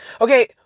Okay